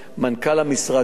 מנכ"ל המשרד שלי,